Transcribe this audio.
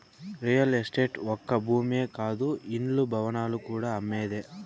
real estate ఒక్క భూమే కాదు ఇండ్లు, భవనాలు కూడా అమ్మేదే